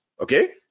okay